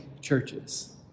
churches